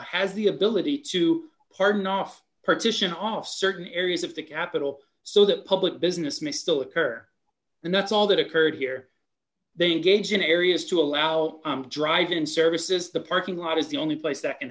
has the ability to pardon off partition off certain areas of the capital so that public business mistal occur and that's all that occurred here they engage in areas to allow driving and services the parking lot is the only place that can